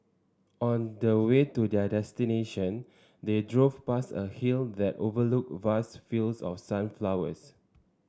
on the way to their destination they drove past a hill that overlooked vast fields of sunflowers